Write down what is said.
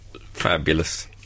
Fabulous